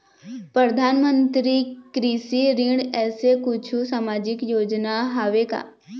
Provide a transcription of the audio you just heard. परधानमंतरी कृषि ऋण ऐसे कुछू सामाजिक योजना हावे का?